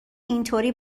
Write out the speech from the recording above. اینطوری